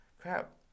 crap